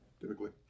typically